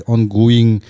Ongoing